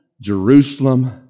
Jerusalem